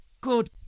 Good